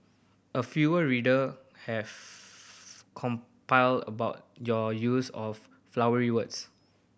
a fewer reader have compile about your use of flowery words